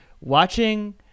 watching